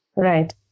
Right